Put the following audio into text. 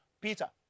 Peter